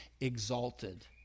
exalted